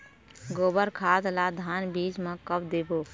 गोबर खाद ला धान बीज म कब देबो?